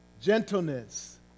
gentleness